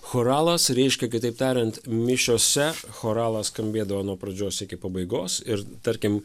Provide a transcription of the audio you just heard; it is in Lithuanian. choralas reiškia kitaip tariant mišiose choralas skambėdavo nuo pradžios iki pabaigos ir tarkim